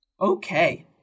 Okay